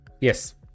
yes